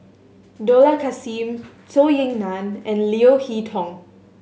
Dollah Kassim Zhou Ying Nan and Leo Hee Tong